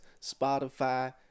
spotify